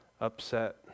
upset